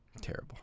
Terrible